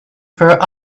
for